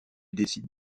décide